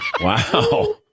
Wow